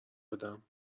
بدم